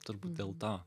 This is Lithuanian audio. turbūt dėl to